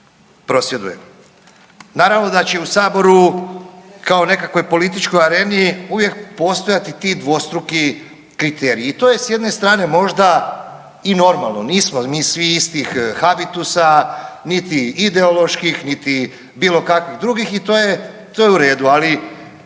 prosvjeduje. Naravno da će u saboru kao u nekakvoj političkoj areni uvijek postojati ti dvostruki kriteriji i to je s jedne strane možda i normalno, nismo mi svi istih habitusa, niti ideoloških niti bilo kakvih drugih i to je, to je u redu, ali